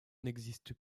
n’existe